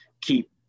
keep